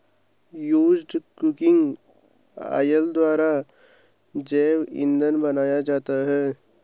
used cooking oil द्वारा जैव इंधन बनाया जाता है